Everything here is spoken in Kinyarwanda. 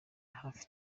hafi